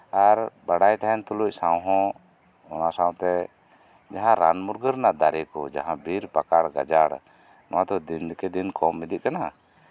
ᱟᱨ ᱵᱟᱲᱟᱭ ᱛᱟᱸᱦᱮᱱ ᱛᱩᱞᱩᱡ ᱥᱟᱶᱦᱚᱸ ᱚᱱᱟ ᱥᱟᱶᱛᱮ ᱡᱟᱸᱦᱟ ᱨᱟᱱ ᱢᱩᱨᱜᱟᱹᱱ ᱨᱮᱱᱟᱜ ᱫᱟᱨᱮ ᱠᱚ ᱡᱟᱸᱦᱟ ᱵᱤᱨ ᱯᱟᱠᱟᱲ ᱜᱟᱡᱟᱲ ᱱᱚᱣᱟ ᱠᱚ ᱫᱤᱱᱠᱮ ᱫᱤᱱ ᱠᱚᱢ ᱤᱫᱤᱜ ᱠᱟᱱᱟ